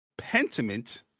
Pentiment